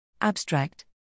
Abstract